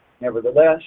Nevertheless